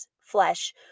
flesh